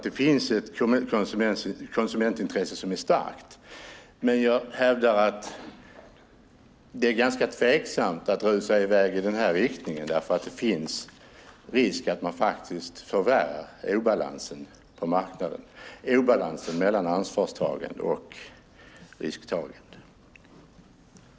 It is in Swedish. Det finns ett konsumentintresse som är starkt, men jag hävdar att det är ganska tvivelaktigt att rusa i väg i den här riktningen, för det finns en risk för att man faktiskt förvärrar obalansen på marknaden mellan ansvarstagande och risktagande.